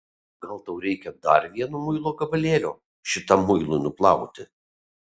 gal tau reikia dar vieno muilo gabalėlio šitam muilui nuplauti